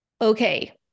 okay